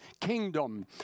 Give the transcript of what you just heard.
kingdom